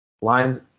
lines